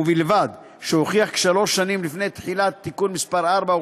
ובלבד שהוכיח כי שלוש שנים לפני תחילת תיקון מס' 4 הוא